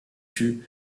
fût